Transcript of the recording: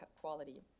quality